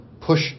push